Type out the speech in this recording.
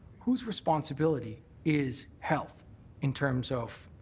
whose responsibility is health in terms of